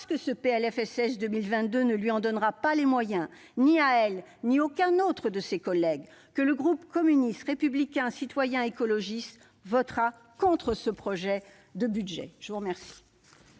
que ce PLFSS 2022 ne lui en donnera pas les moyens, ni à elle ni à aucun autre de ses collègues, que le groupe communiste républicain citoyen et écologiste votera contre ce projet de budget de la sécurité